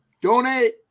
Donate